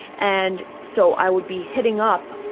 and so i would be hitting up,